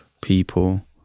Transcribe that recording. people